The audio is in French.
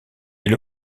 est